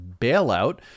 bailout